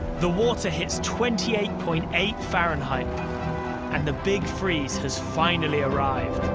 the water hits twenty eight point eight fahrenheit and the big freeze has finally arrived.